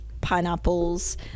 pineapples